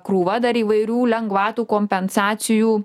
krūva dar įvairių lengvatų kompensacijų